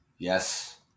Yes